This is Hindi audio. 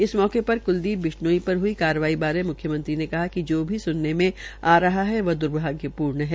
इस मौके पर क्लदीप बिश्नोई पर हई कार्रवाई बारे म्ख्यमंत्री ने कहा कि जो भी सुनने में आ रहा है दुर्भग्य पूर्ण है